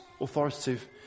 authoritative